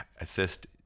assist